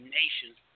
nations